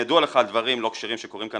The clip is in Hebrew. אם ידוע לך על דברים לא כשרים שקורים כאן